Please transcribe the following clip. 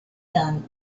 done